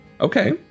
Okay